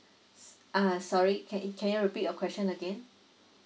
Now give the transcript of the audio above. uh sorry can can you repeat your question again